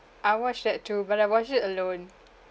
I watched that too but I watched it alone